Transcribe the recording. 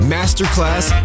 Masterclass